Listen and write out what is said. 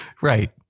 Right